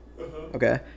Okay